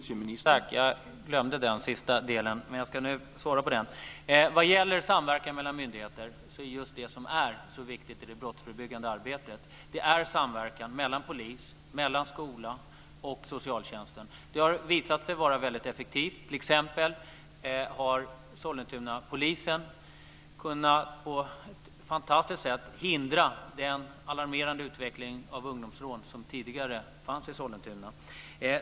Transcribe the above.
Herr talman! Jag glömde den sista frågan. Jag ska svara på den nu. Samverkan mellan myndigheter är mycket viktigt i det brottsförebyggande arbetet. Det handlar om samverkan mellan polis, skola och socialtjänsten. Det har visat sig vara väldigt effektivt. Sollentunapolisen har t.ex. på ett fantastiskt sätt kunnat hindra den alarmerande utvecklingen av ungdomsrån som tidigare fanns i Sollentuna.